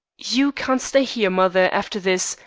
you can't stay here, mother, after this,